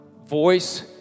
voice